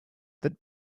that